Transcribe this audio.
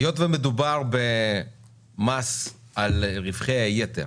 היות ומדובר במס על רווחי היתר